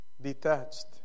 detached